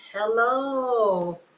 Hello